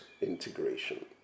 integration